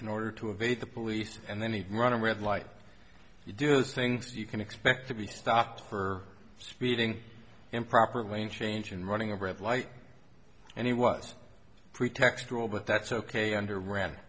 in order to evade the police and then he run a red light you do those things you can expect to be stopped for speeding improper lane change and running a red light and he was pretextual but that's ok under r